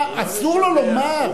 מה, אסור לו לומר?